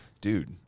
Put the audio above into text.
Dude